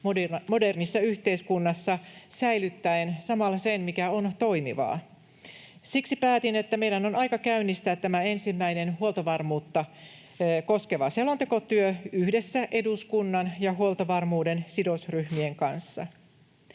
modernissa yhteiskunnassa säilyttäen samalla sen, mikä on toimivaa. Siksi päätin, että meidän on aika käynnistää tämä ensimmäinen huoltovarmuutta koskeva selontekotyö yhdessä eduskunnan ja huoltovarmuuden sidosryhmien kanssa.